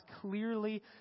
clearly